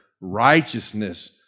righteousness